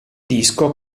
disco